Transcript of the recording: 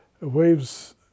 Waves